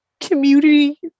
community